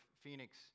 Phoenix